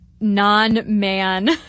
non-man